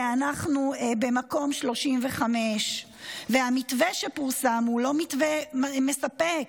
ואנחנו במקום 35. המתווה שפורסם הוא לא מתווה מספק.